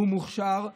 הוא מוכשר,